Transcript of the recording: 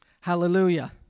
Hallelujah